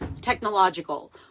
technological